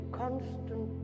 constant